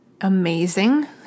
amazing